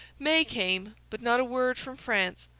may came but not a word from france.